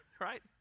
right